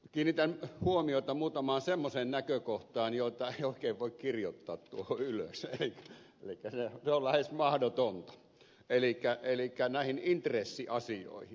kiinnitän huomiota muutamaan semmoiseen näkökohtaan joita ei oikein voi kirjoittaa tuohon mietintöön ylös se on lähes mahdotonta elikkä näihin intressiasioihin